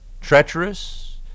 treacherous